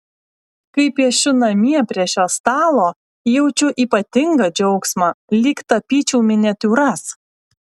kai piešiu namie prie šio stalo jaučiu ypatingą džiaugsmą lyg tapyčiau miniatiūras